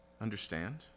understand